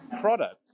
product